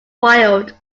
wild